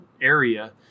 area